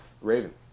Raven